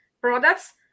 products